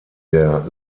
der